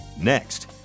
Next